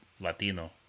Latino